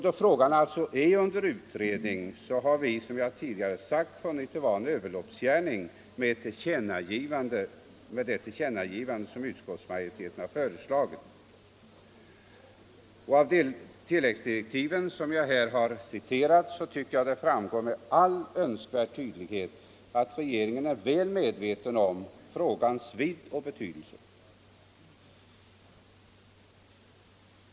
Då frågan alltså är under utredning har vi, som jag tidigare sagt, funnit det vara en överloppsgärning att göra det tillkännagivande som utskottsmajoriteten har föreslagit. Och av tilläggsdirektiven, som jag här har citerat, tycker jag det framgår med all önskvärd tydlighet att regeringen är väl medveten om frågans vidd och betydelse.